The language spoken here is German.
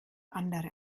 andere